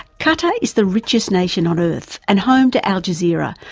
qatar is the richest nation on earth and home to al jazeera,